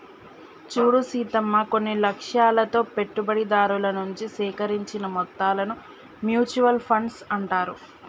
చూడు సీతమ్మ కొన్ని లక్ష్యాలతో పెట్టుబడిదారుల నుంచి సేకరించిన మొత్తాలను మ్యూచువల్ ఫండ్స్ అంటారు